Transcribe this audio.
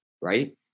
right